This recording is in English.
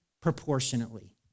proportionately